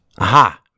Aha